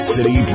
City